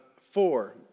four